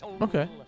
Okay